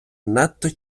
надто